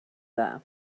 dda